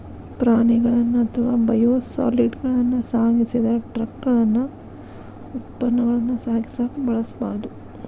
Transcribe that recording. ಪ್ರಾಣಿಗಳನ್ನ ಅಥವಾ ಬಯೋಸಾಲಿಡ್ಗಳನ್ನ ಸಾಗಿಸಿದ ಟ್ರಕಗಳನ್ನ ಉತ್ಪನ್ನಗಳನ್ನ ಸಾಗಿಸಕ ಬಳಸಬಾರ್ದು